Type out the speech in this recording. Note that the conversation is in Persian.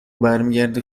برمیگردی